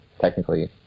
technically